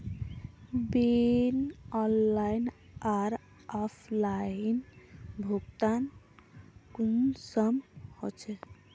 Bill online आर offline भुगतान कुंसम होचे?